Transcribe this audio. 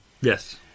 Yes